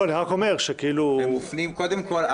אני רק אומר --- קודם כל,